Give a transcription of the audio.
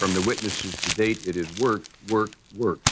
from the witnesses to date, it is work, work, work.